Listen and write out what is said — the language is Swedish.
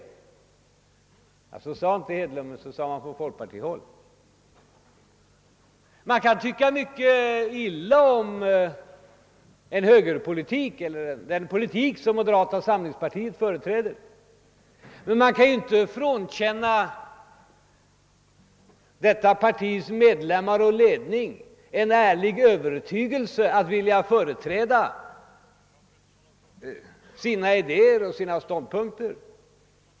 Så sade visserligen inte herr Hedlund, men det sade man på folkpartihåll. Vi kan tycka mycket illa om högerpolitik eller om den politik som moderata samlingspartiet företräder. Men vi kan inte frånkänna detta partis medlemmar och ledning en ärlig övertygelse och vilja att företräda sina idéer och ståndpunkter.